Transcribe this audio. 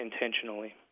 intentionally